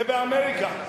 זה באמריקה.